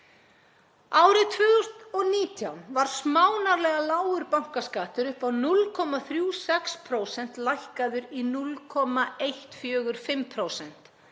Árið 2019 var smánarlega lágur bankaskattur upp á 0,36% lækkaður í 0,145%.